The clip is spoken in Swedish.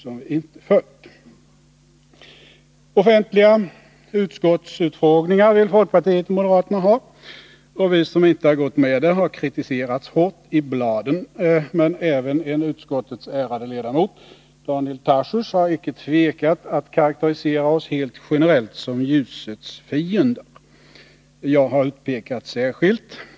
Nr 109 Offentliga utskottsutfrågningar vill folkpartiet och moderaterna ha, och vi Onsdagen den som inte gått med på det har kritiserats hårt i bladen. Men även en utskottets 1 april 1981 ärade ledamot, Daniel Tarschys, har icke tvekat att karakterisera oss helt generellt som ljusets fiender. Jag har utpekats särskilt.